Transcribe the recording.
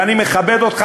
ואני מכבד אותך,